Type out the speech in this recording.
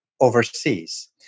overseas